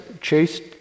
chased